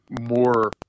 more